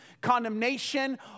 condemnation